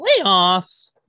playoffs